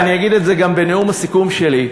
ואני אגיד את זה גם בנאום הסיכום שלי,